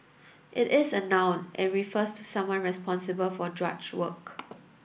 it is a noun and refers to someone responsible for drudge work